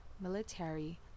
military